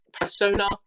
persona